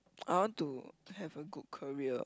I want to have a good career